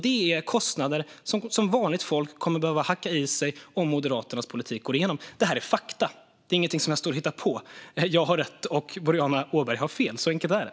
Detta är kostnader som vanligt folk kommer att behöva hacka i sig om Moderaternas politik går igenom. Detta är fakta; det är inget jag står och hittar på. Jag har rätt och Boriana Åberg har fel - så enkelt är det.